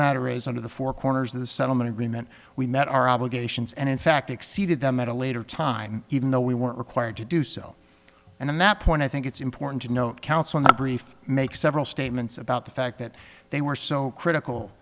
matter is under the four corners of the settlement agreement we met our obligations and in fact exceeded them at a later time even though we weren't required to do so and on that point i think it's important to note council in their brief make several statements about the fact that they were so critical